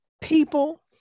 people